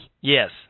Yes